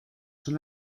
son